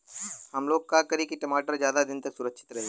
हमलोग का करी की टमाटर ज्यादा दिन तक सुरक्षित रही?